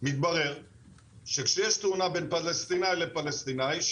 מתברר שכשיש תאונה בין פלסטינאי לפלסטינאי,